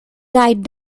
died